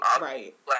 right